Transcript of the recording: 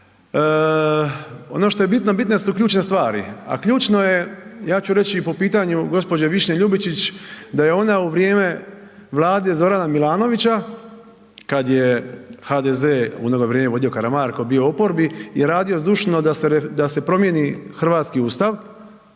ono što je bitno bitne su ključne stvari, a ključno je ja ću reći i po pitanju gđe. Višnje Ljubičić da je ona u vrijeme Vlade Zorana Milanovića kad je HDZ u ono ga vrijeme vodio Karamarko, bio u oporbi i radio zdušno da se promijeni hrvatski Ustav,